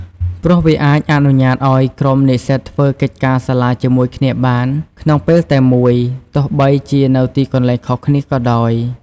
ព្រោះវាអាចអនុញ្ញាតិឱ្យក្រុមនិស្សិតធ្វើកិច្ចការសាលាជាមួយគ្នាបានក្នុងពេលតែមួយ ទោះបីជានៅទីកន្លែងខុសគ្នាក៏ដោយ។